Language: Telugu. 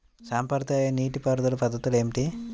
సాంప్రదాయ నీటి పారుదల పద్ధతులు ఏమిటి?